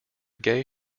gay